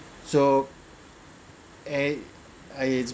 so a I